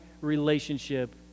relationship